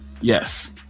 Yes